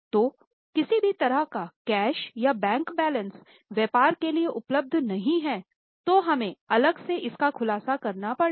तो किसी भी तरह का कैश या बैंक बैलेंस व्यापार के लिए उपलब्ध नहीं है तो हमें अलग से इसका खुलासा करना पड़ेगा